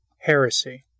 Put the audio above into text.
Heresy